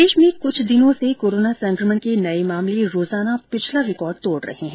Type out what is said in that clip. प्रदेश में कुछ दिनों से कोरोना संकमण के नए मामले रोजाना पिछला रिकॉर्ड तोड़ रहे हैं